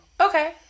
okay